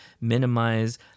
minimize